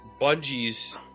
Bungie's